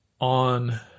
on